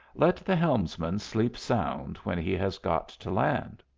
let the helmsman sleep sound when he has got to land!